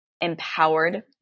empowered